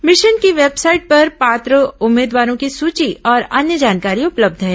mission की website पर पात्र उम्मीदवारों की सूची और अन्य जानकारी उपलब्ध है